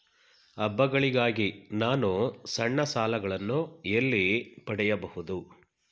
ಹಬ್ಬಗಳಿಗಾಗಿ ನಾನು ಸಣ್ಣ ಸಾಲಗಳನ್ನು ಎಲ್ಲಿ ಪಡೆಯಬಹುದು?